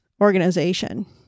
organization